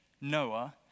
Noah